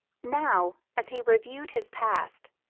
now, as he reviewed his past,